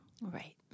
Right